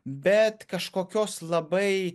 bet kažkokios labai